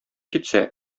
китсә